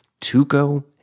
Tuco